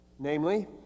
Namely